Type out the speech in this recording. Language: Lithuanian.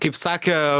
kaip sakė